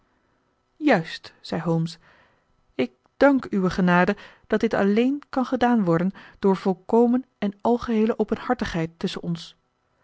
juist zei holmes ik dank uwe genade dat dit alleen kan gedaan worden door volkomen en algeheele openhartigheid tusschen ons